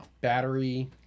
battery